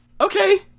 Okay